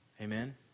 Amen